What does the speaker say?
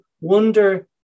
wonder